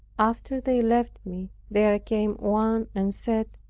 after they left me there came one and said,